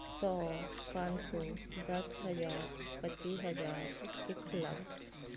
ਸੌ ਪੰਜ ਸੌ ਦਸ ਹਜ਼ਾਰ ਪੱਚੀ ਹਜ਼ਾਰ ਇੱਕ ਲੱਖ